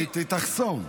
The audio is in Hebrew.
היא תחסום.